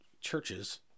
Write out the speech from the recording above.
Churches